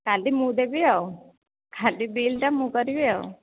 କାଲି ମୁଁ ଦେବି ଆଉ ଖାଲି ବିଲ୍ଟା ମୁଁ କରିବି ଆଉ